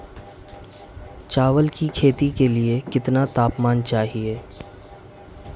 चावल की खेती के लिए कितना तापमान चाहिए?